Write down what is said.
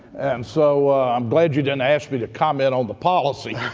and so i'm glad you didn't ask me to comment on the policy